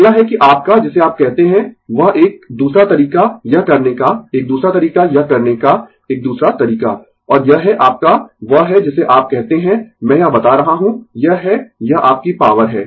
अगला है कि आपका जिसे आप कहते है वह एक दूसरा तरीका यह करने का एक दूसरा तरीका यह करने का एक दूसरा तरीका और यह है आपका वह है जिसे आप कहते है मैं यह बता रहा हूं यह है यह आपकी पॉवर है